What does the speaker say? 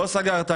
לא סגרת,